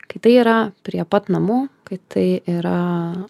kai tai yra prie pat namų kai tai yra